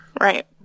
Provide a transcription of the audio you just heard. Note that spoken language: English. Right